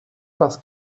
parce